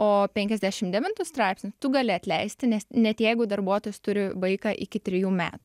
o penkiasdešim devintu straipsniu tu gali atleisti nes net jeigu darbuotojas turi vaiką iki trijų metų